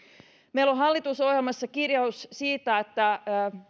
meillä on hallitusohjelmassa kirjaus siitä että